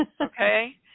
Okay